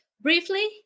briefly